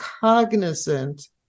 cognizant